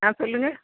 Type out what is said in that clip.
ஆ சொல்லுங்கள்